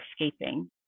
escaping